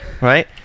Right